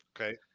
Okay